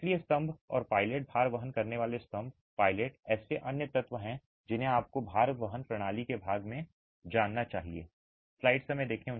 इसलिए स्तंभ और पायलट भार वहन करने वाले स्तंभ और पायलट ऐसे अन्य तत्व हैं जिन्हें आपको भार वहन प्रणाली के भाग के रूप में जानना चाहिए